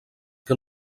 que